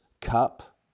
cup